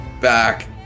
back